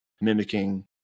mimicking